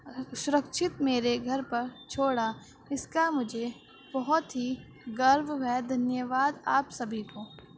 سرکشت میرے گھر پر چھوڑا اس کا مجھے بہت ہی گرو ہے دھنیہ واد آپ سبھی کو